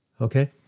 okay